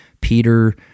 Peter